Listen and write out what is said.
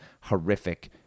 horrific